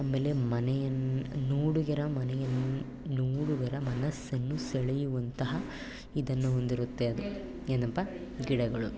ಆಮೇಲೆ ಮನೆಯನ್ನು ನೋಡುಗರ ಮನೆಯನ್ನು ನೋಡುಗರ ಮನಸ್ಸನ್ನು ಸೆಳೆಯುವಂತಹ ಇದನ್ನು ಹೊಂದಿರುತ್ತೆ ಅದು ಏನಪ್ಪ ಗಿಡಗಳು